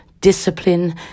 discipline